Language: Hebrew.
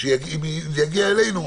כשזה יגיע אלינו, נדע.